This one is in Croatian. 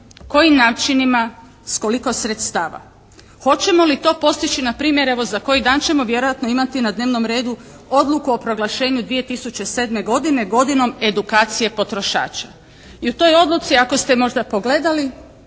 kojim načinima, s koliko sredstava. Hoćemo li to postići, na primjer evo za koji dan ćemo imati vjerojatno na dnevnom redu Odluku o proglašenju 2007. godine godinom edukacije potrošača i u toj odluci ako ste možda pogledali